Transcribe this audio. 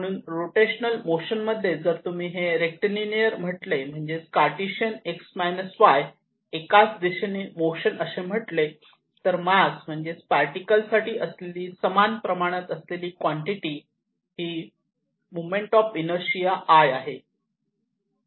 म्हणून rotational motion मध्ये जर तुम्ही हे रेक्टीलिनियर म्हटले म्हणजेच कार्टेशियन x y एकाच दिशेने मोशन असे म्हटले तर मास म्हणजे पार्टिकल साठी असलेली समान प्रमाणात असलेली कॉन्टिटी ही मोमेंट ऑफ इनर्शिया I आहे